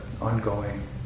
ongoing